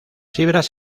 fibras